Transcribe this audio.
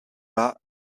bas